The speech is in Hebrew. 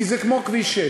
כי זה כמו כביש 6: